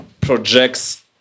projects